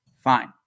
Fine